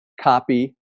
copy